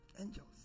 Angels